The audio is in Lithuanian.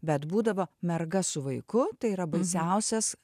bet būdavo merga su vaiku tai yra baisiausias